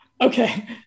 Okay